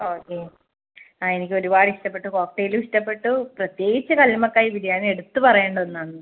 okay ആ എനിക്ക് ഒരുപാട് ഇഷ്ടപ്പെട്ടു കോക്ടെയ്ലും ഇഷ്ടപ്പെട്ടു പ്രത്യേകിച്ച് കല്ലുമ്മക്കായ ബിരിയാണി എടുത്ത് പറയേണ്ട ഒന്ന് ആണ് അത്